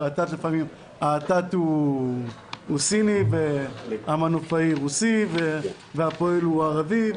שהוא לפעמים סיני והמנופאי רוסי והפועל ערבי.